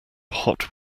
hot